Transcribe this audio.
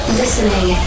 listening